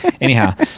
anyhow